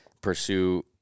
pursue